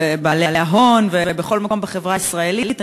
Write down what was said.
בין בעלי ההון ובכל מקום בחברה הישראלית.